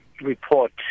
report